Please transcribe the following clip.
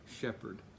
shepherd